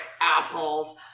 assholes